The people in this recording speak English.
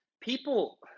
people